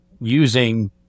using